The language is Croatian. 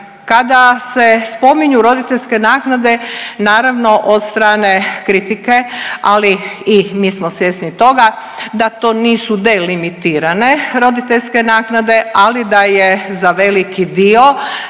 Kada se spominju roditeljske naknade naravno od strane kritike, ali i mi smo svjesni toga da to nisu delimitirane roditeljske naknade, ali da je za veliki dio